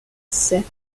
sept